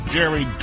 Jerry